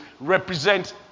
represent